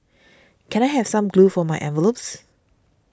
can I have some glue for my envelopes